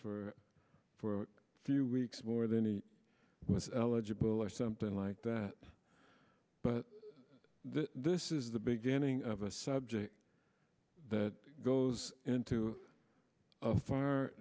for a few weeks more than he was eligible or something like that but this is the beginning of a subject that goes into a f